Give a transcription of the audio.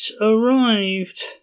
arrived